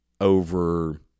over